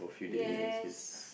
yes